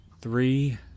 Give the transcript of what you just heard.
three